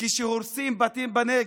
כשהורסים בתים בנגב,